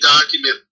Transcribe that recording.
document